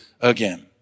again